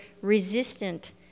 resistant